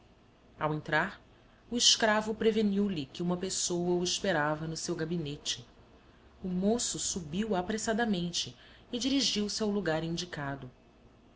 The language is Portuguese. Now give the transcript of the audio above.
ao entrar o escravo preveniu lhe que uma pessoa o esperava no seu gabinete o moço subiu apressadamente e dirigiu-se ao lugar indicado